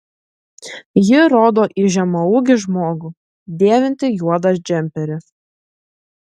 ji rodo į žemaūgį žmogų dėvintį juodą džemperį